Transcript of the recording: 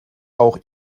auch